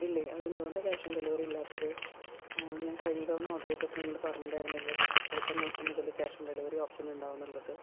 ഇല്ലേ അത് എന്ത് കൊണ്ടാണ് ക്യാഷ് ഓൺ ഡെലിവറി ഇല്ലാത്തത് ഞാൻ കഴിഞ്ഞ തവണ ഓർഡർ ചെയ്തപ്പോൾ നിങ്ങൾ പറഞ്ഞിട്ടുണ്ടായിരുന്നല്ലോ അടുത്ത മാസം മുതൽ ക്യാഷ് ഓൺ ഡെലിവറി ഓപ്ഷൻ ഉണ്ടാവും എന്നുള്ളത്